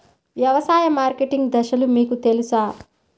వ్యవసాయ మార్కెటింగ్ దశలు మీకు తెలుసా?